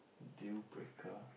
deal breaker